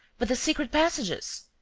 but the secret passages?